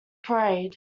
parade